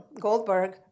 Goldberg